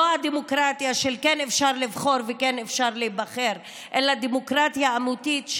לא הדמוקרטיה של כן אפשר לבחור וכן אפשר להיבחר אלא דמוקרטיה אמיתית,